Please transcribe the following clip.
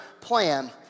plan